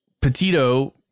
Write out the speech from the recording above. Petito